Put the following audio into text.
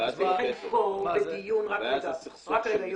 הבעיה זה סכסוך.